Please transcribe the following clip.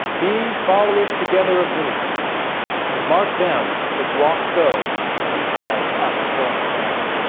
be followers together of me and mark them which walk so as he have us for an example